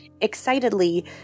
excitedly